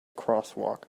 crosswalk